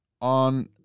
on